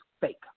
fake